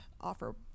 offer